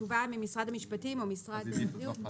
צריך תשובה ממשרד המשפטים או ממשרד הבריאות.